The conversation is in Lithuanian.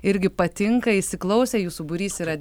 irgi patinka įsiklausę jūsų būrys yra